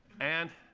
and